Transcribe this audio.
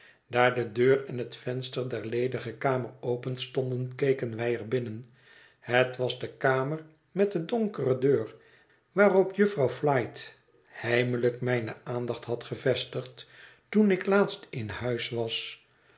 daar de deur en het venster der ledige kamer openstonden keken wij er binnen het was de kamer met de donkere deur waarop jufvrouw flite heimelijk mijne aandacht had gevestigd toen ik laatst in huis was